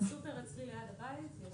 בסופר אצלי ליד הבית יש את זה.